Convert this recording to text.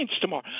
tomorrow